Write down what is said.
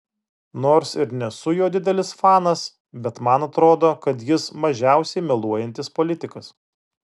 nors ir nesu jo didelis fanas bet man atrodo kad jis mažiausiai meluojantis politikas